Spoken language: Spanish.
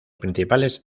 principales